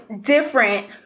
different